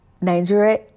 Nigeria